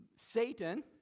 Satan